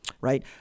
right